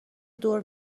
دور